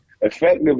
effective